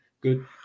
good